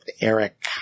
Eric